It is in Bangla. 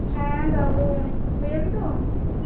হ্যাঁ যাবো তুই যাবি তো